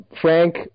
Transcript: Frank